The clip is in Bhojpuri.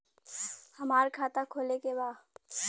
हमार खाता खोले के बा?